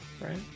right